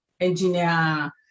engineer